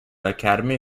academy